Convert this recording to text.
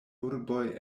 urboj